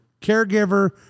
caregiver